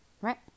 right